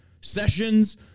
Sessions